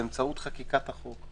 באמצעות חקיקת החוק.